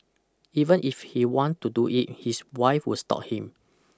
even if he want to do it his wife will stop him